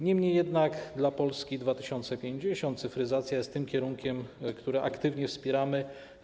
Niemniej jednak dla Polski 2050 cyfryzacja jest tym kierunkiem, który aktywnie wspieramy.